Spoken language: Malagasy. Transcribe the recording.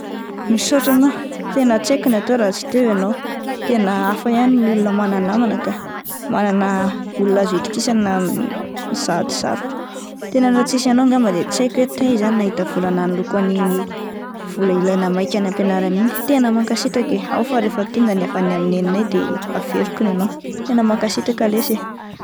Misaotra anao oh, tena tsy haiko ny hatao raha tsy teo ianao, tena hafa ihany ny olona manana namana ka, manana olona azo itokisana amin'ny ady sarotra, tena raha tsisy anao angamba de tsy haiko hoe taiza aho no nahita an'iny vola ilaina maika any ampianarana iny, tena mankasitraka eh, ao fa rehefa tonga ny avy any amin'ny neninay de averiko ny anao, tena mankasitra lesy eh!